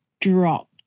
dropped